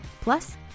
Plus